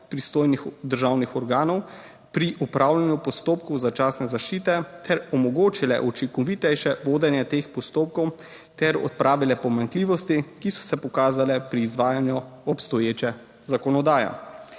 pristojnih državnih organov pri opravljanju postopkov začasne zaščite ter omogočile učinkovitejše vodenje teh postopkov ter odpravile pomanjkljivosti, ki so se pokazale pri izvajanju obstoječe zakonodaje.